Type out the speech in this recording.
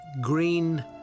green